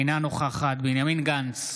אינה נוכחת בנימין גנץ,